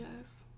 yes